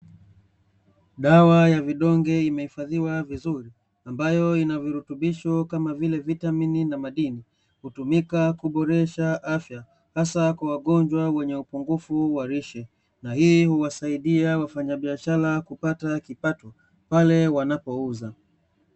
Dawa ya vidonge imeifadhiwa vizuri ambayo inavirutubisho kama vile vitamini na madini hutumika kuboresha afya hasa kwa wagonjwa wenye upungufu wa lishe, na hii huwasaidia wafanyabiashara kupata kipato pale wanapouza.